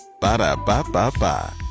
Ba-da-ba-ba-ba